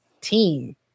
team